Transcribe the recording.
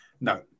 No